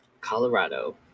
Colorado